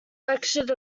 lectured